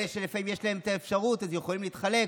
אלה שלפעמים יש להם את האפשרות יכולים להתחלק,